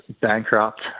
bankrupt